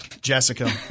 jessica